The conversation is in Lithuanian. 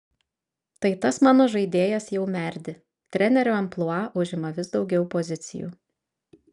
tai tas mano žaidėjas jau merdi trenerio amplua užima vis daugiau pozicijų